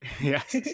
yes